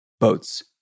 boats